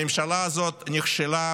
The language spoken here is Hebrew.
הממשלה הזאת נכשלה,